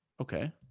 Okay